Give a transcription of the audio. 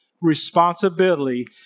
responsibility